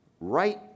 right